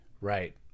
Right